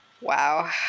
Wow